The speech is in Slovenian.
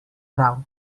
prav